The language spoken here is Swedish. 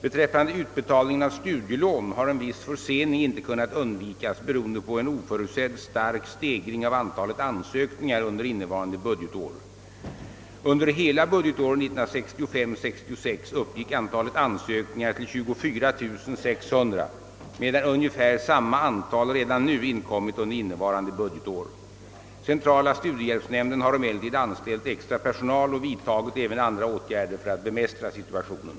Beträffande utbetalningen av studielån har en viss försening inte kunnat undvikas, beroende på en oförutsedd stark stegring av antalet ansökningar under innevarande budgetår. Under hela budgetåret 1965/66 uppgick antalet ansökningar till 24 600, medan ungefär samma antal redan nu inkommit under innevarande budgetår. Centrala studiehjälpsnämnden har emellertid anställt extra personal och vidtagit även andra åtgärder för att bemästra situationen.